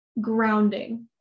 grounding